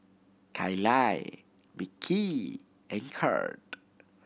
Kalie Mickie and Kirk